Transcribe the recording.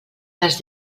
les